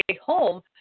home